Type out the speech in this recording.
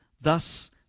Thus